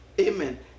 amen